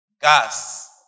gas